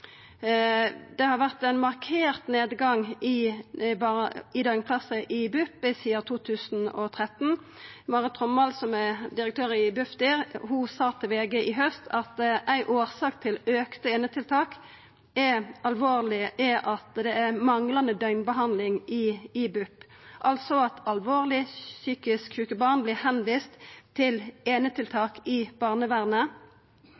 Det har vore ein markert nedgang i døgnplassar i BUP sidan 2013. Mari Trommald, som er direktør i Bufdir, sa til VG i haust at ei årsak til auken i einetiltaka er at det er manglande døgnbehandling i BUP. Alvorleg psykisk sjuke barn